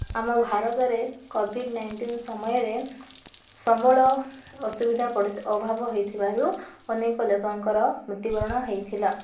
ଆମ ଭାରତରେ COVID nineteen ସମୟରେ ସମ୍ବଳ ଅସୁବିଧା ଅଭାବ ହୋଇଥିବାରୁ ଅନେକ ଲୋକଙ୍କର ମୃତ୍ୟୁବରଣ ହୋଇଥିଲା